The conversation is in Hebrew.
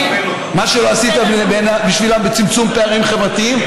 מה שלא עשית בשבילם בצמצום פערים חברתיים,